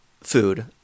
food